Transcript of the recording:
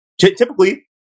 typically